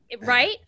right